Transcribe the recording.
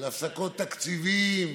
של הפסקות תקציבים,